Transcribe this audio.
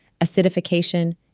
acidification